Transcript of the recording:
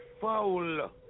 foul